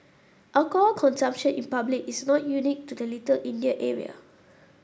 alcohol consumption in public is not unique to the Little India area